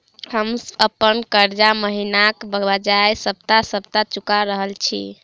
हम अप्पन कर्जा महिनाक बजाय सप्ताह सप्ताह चुका रहल छि